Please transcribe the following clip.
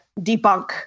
debunk